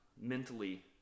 mentally